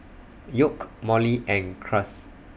York Molly and Cruz